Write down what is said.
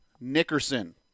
Nickerson